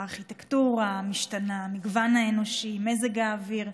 הארכיטקטורה המשתנה, המגוון האנושי, מזג האוויר,